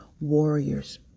warriors